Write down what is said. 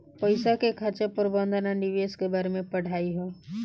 पईसा के खर्चा प्रबंधन आ निवेश के बारे में पढ़ाई ह